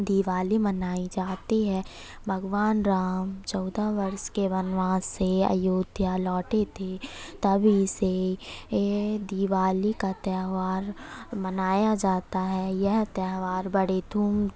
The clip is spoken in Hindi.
दिवाली मनाई जाती है भगवान राम चौदह वर्ष के वनवास से अयोध्या लौटे थे तब इसे दिवाली का त्यौहार मनाया जाता है यह त्यौहार बड़े धूम